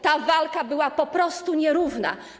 Ta walka była po prostu nierówna.